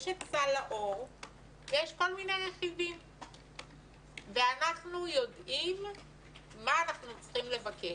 יש את סל לאור ויש כל מיני רכיבים ואנחנו יודעים מה אנחנו צריכים לבקש.